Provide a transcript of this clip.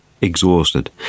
exhausted